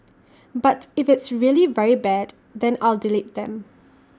but if it's really very bad then I'll delete them